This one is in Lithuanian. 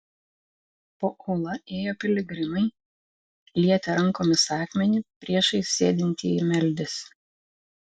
po uola ėjo piligrimai lietė rankomis akmenį priešais sėdintieji meldėsi